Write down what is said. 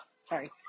sorry